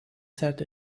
said